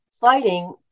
fighting